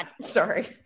sorry